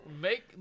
make